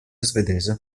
svedese